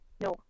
no